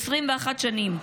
21 שנים.